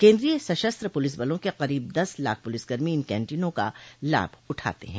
केंद्रीय सशस्त्र पुलिस बलों के करीब दस लाख पुलिस कर्मी इन कैंटीनों का लाभ उठाते हैं